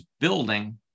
building